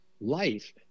life